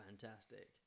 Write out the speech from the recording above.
fantastic